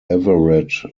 everett